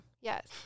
yes